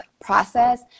process